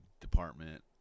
department